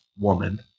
woman